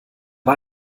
war